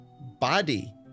body